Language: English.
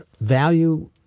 value